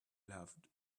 loved